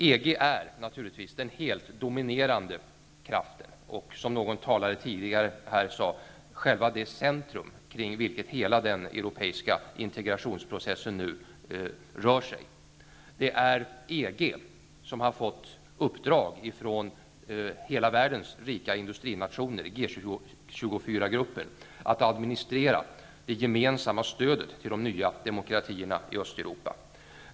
EG är naturligtvis den helt dominerande kraften och, som någon talare tidigare sade, själva det centrum kring vilket hela den europeiska integrationsprocessen nu rör sig. Det är EG som har fått i uppdrag av hela världens rika industrinationer i G 24-gruppen att administrera det gemensamma stödet till de nya demokratierna i Östeuropa.